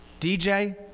DJ